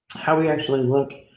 how we actually look